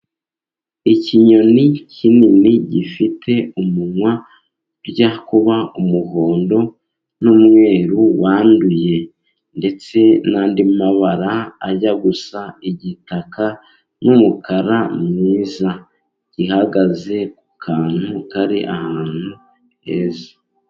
Ikinyoni kinini gifite umunwa ujya kuba umuhondo n'umweru wanduye, ndetse n'andi mabara ajya gusa n'igitaka n'umukara mwiza. Gihagaze ku kantu kari ahantu heza.